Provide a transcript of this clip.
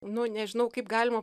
nu nežinau kaip galima